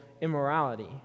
immorality